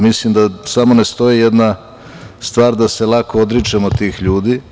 Mislim, da samo ne stoji jedna stvar da se lako odričemo tih ljudi.